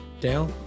Dale